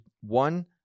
one